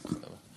בשמחה.